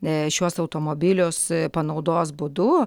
ee šiuos automobilius panaudos būdu